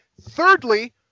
thirdly